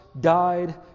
died